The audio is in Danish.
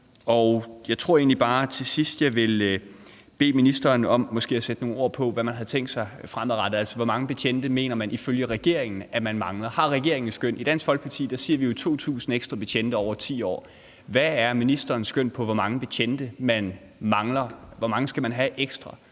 at sætte nogle ord på, hvad man har tænkt sig fremadrettet. Hvor mange betjente mener man ifølge regeringen at der mangler? Har regeringen et skøn? I Dansk Folkeparti siger vi jo 2.000 ekstra betjente over 10 år. Hvad er ministerens skøn, i forhold til hvor mange betjente man mangler? Hvor mange skal man have ekstra,